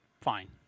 fine